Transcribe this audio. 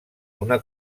una